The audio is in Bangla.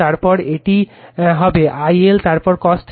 তারপর এটি হবে I L তারপর cos θ